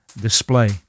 display